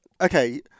okay